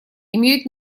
имеют